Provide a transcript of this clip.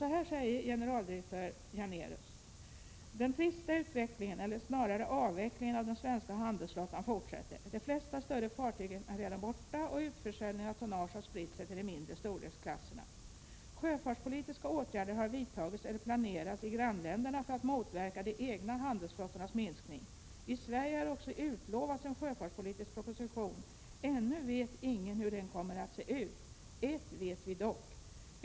Så här säger generaldirektören för sjöfartsverket Janérus: ”Den trista utvecklingen — eller snarare avvecklingen — av den svenska handelsflottan fortsätter. De flesta större fartygen är redan borta och utförsäljningen av tonnage har spritt sig till de mindre storleksklasserna. Sjöfartspolitiska åtgärder har vidtagits eller planeras i grannländerna för att motverka de egna handelsflottornas minskning. I Sverige har också utlovats en sjöfartspolitisk proposition. Ännu vet ingen hur den kommer att se ut. Ett vet vi dock.